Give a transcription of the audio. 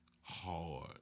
hard